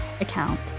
account